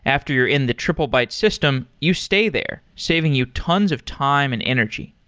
after you're in the triplebyte system, you stay there, saving you tons of time and energy.